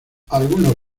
algunos